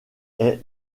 est